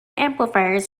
amplifiers